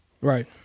Right